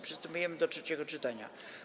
Przystępujemy do trzeciego czytania.